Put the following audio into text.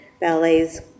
ballet's